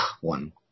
One